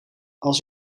als